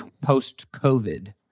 post-COVID